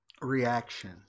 reaction